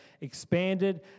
expanded